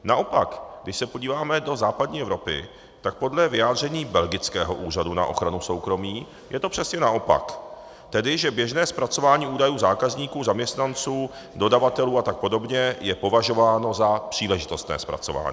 Naopak když se podíváme do západní Evropy, tak podle vyjádření belgického úřadu na ochranu soukromí je to přesně naopak, tedy že běžné zpracování údajů zákazníků, zaměstnanců, dodavatelů atp. je považováno za příležitostné zpracování.